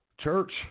church